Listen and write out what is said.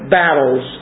battles